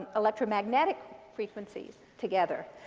electromagnetic frequencies together.